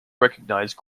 recognized